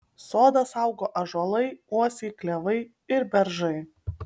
sodą saugo ąžuolai uosiai klevai ir beržai